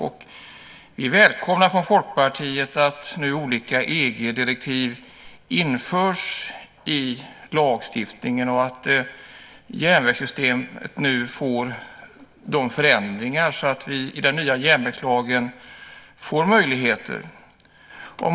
Vi i Folkpartiet välkomnar att olika EG-direktiv införs i lagstiftningen och att järnvägssystemet genomgår de förändringar som behövs så att vi i och med den nya järnvägslagen får möjligheter.